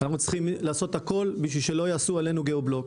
אנחנו צריכים לעשות הכל כדי שלא יעשו עלינו גיאו-בלוק.